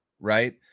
right